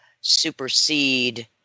supersede